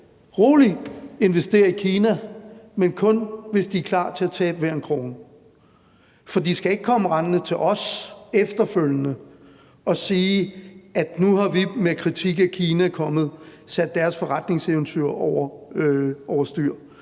roligt kan investere i Kina, men kun hvis de er klar til at tabe enhver krone, for de skal ikke komme rendende til os efterfølgende og sige, at nu har vi med kritik af Kina sat deres forretningseventyr over styr.